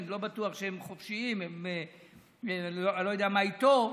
אני לא בטוח שהם חופשיים, אני לא יודע מה איתו,